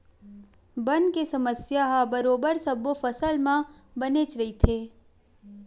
बन के समस्या ह बरोबर सब्बो फसल म बनेच रहिथे